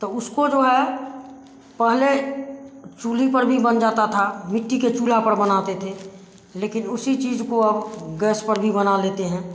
तो उसको जो है पहले चुल्ही पर भी बन जाता था मिट्टी के चूल्हा पर बनाते थे लेकिन उसी चीज को अब गैस पर भी बना लेते हैं